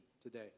today